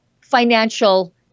financial